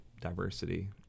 diversity